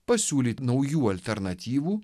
pasiūlyt naujų alternatyvų